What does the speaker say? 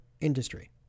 industry